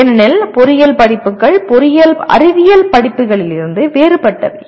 ஏனெனில் பொறியியல் படிப்புகள் பொறியியல் அறிவியல் படிப்புகளிலிருந்து வேறுபட்டவை